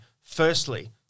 Firstly